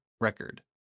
record